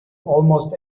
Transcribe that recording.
almost